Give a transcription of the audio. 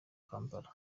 kampala